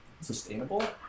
Sustainable